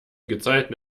gezeiten